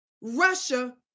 Russia